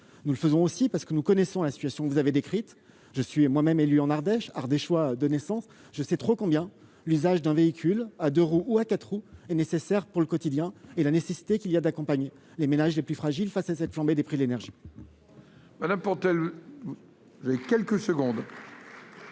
nous les mettons en oeuvre parce que nous connaissons la situation que vous avez décrite. Je suis moi-même élu en Ardèche et ardéchois de naissance. Je sais combien l'usage d'un véhicule à deux ou à quatre roues est essentiel pour le quotidien, et combien il est nécessaire d'accompagner les ménages les plus fragiles face à cette flambée des prix de l'énergie.